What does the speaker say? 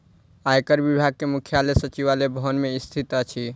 आयकर विभाग के मुख्यालय सचिवालय भवन मे स्थित अछि